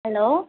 hello